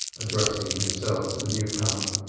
addressing himself to the newcomer.